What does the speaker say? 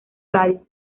radio